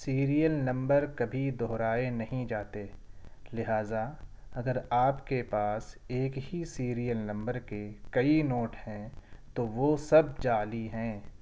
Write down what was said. serial number کبھی دہرائے نہیں جاتے لہٰذا اگر آپ کے پاس ایک ہی سیریل نمبر کے کئی نوٹ ہیں تو وہ سب جعلی ہیں